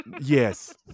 Yes